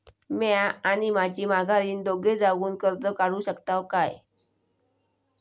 म्या आणि माझी माघारीन दोघे जावून कर्ज काढू शकताव काय?